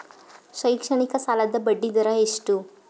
ಶೈಕ್ಷಣಿಕ ಸಾಲದ ಬಡ್ಡಿ ದರ ಎಷ್ಟು?